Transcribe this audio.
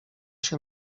się